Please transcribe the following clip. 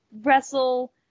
wrestle